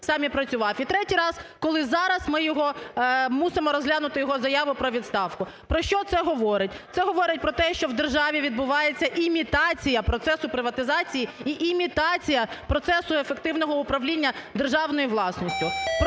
сам і працював. І третій раз, коли зараз ми його, мусимо розглянути його заяву про відставку. Про що це говорить? Це говорить про те, що в державі відбувається імітація процесу приватизації і імітація процесу ефективного управління державною власністю.